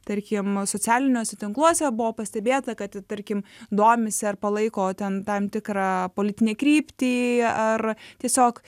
tarkim socialiniuose tinkluose buvo pastebėta kad tarkim domisi ir palaiko ten tam tikrą politinę kryptį ar tiesiog